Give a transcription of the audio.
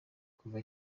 kuva